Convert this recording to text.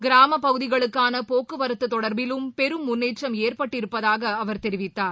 கிராமபகுதிகளுக்கானபோக்குவரத்துதொடர்பிலும் பெரும் முன்னேற்றம் ஏற்பட்டிருப்பதாகஅவர் தெரிவித்தார்